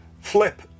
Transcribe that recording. Flip